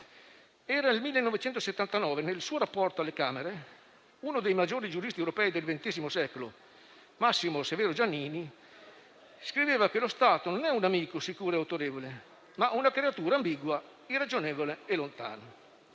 era il 1979 e, nel suo rapporto alle Camere, uno dei maggiori giuristi europei del XX secolo, Massimo Severo Giannini, scriveva che lo Stato non è un amico sicuro e autorevole, ma una creatura ambigua, irragionevole e lontana.